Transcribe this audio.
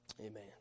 Amen